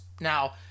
Now